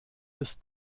des